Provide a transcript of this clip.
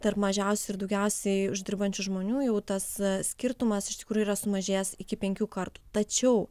tarp mažiausiai ir daugiausiai uždirbančių žmonių jau tas skirtumas iš tikrųjų yra sumažėjęs iki penkių kartų tačiau